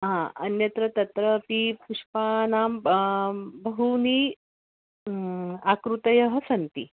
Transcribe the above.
हा अन्यत्र तत्रापि पुष्पाणां बहूनि आकृतयः सन्ति